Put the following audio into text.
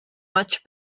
much